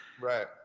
Right